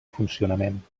funcionament